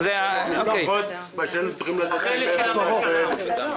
לפחות מה שהיינו צריכים לתת להם מבחינת